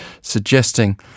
suggesting